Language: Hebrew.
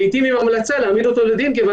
לעתים עם המלצה להעמיד אותו לדין כיוון